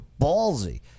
ballsy